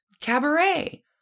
cabaret